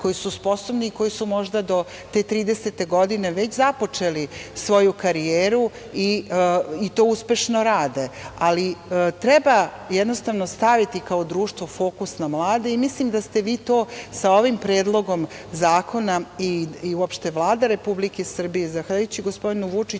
koji su sposobni da su možda do te 30. godine, već započeli svoju karijeru i to uspešno rade, ali treba jednostavno staviti kao društvo fokus na mlade i mislim da ste vi to sa ovim predlogom zakona i Vlada Republike Srbije, zahvaljujući gospodinu Vučiću,